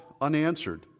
unanswered